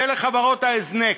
זה לחברות ההזנק.